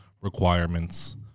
requirements